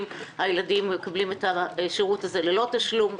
הילדים מקבלים את השירות הזה ללא תשלום,